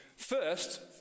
First